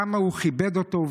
כמה הוא כיבד אותו.